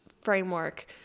framework